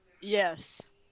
Yes